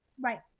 right